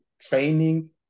training